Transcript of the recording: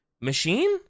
machine